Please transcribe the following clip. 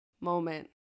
moment